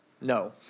No